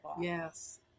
yes